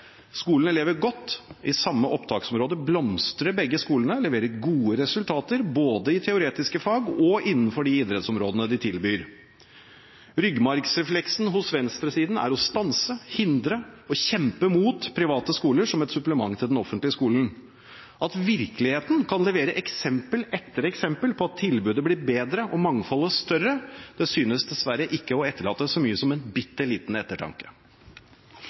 Skolene lever godt. I samme opptaksområde blomstrer begge skolene og leverer gode resultater både i teoretiske fag og innenfor de idrettsområdene de tilbyr. Ryggmargsrefleksen hos venstresiden er å stanse, hindre og kjempe mot private skoler som et supplement til den offentlige skolen. At virkeligheten kan levere eksempel etter eksempel på at tilbudet blir bedre og mangfoldet større, synes dessverre ikke å etterlate så mye som en bitte liten ettertanke.